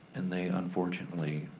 and they unfortunately,